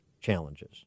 challenges